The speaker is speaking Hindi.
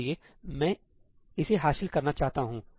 इसलिए मैं इसे हासिल करना चाहता हूं